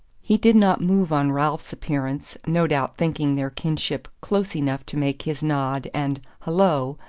he did not move on ralph's appearance, no doubt thinking their kinship close enough to make his nod and hullo!